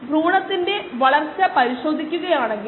ഇനി നമുക്ക് B part പരിഗണിക്കാം